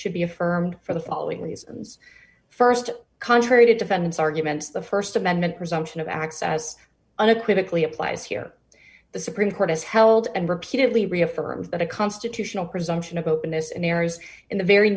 should be affirmed for the following reasons st contrary to defendant's arguments the st amendment presumption of access unequivocally applies here the supreme court has held and repeatedly reaffirmed that a constitutional presumption of openness in areas in the very